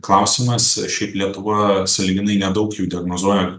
klausimas šiaip lietuva sąlyginai nedaug jų diagnozuoja